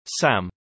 Sam